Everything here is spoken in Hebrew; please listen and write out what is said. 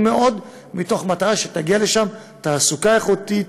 מאוד כדי שתגיע לשם תעסוקה איכותית,